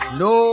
no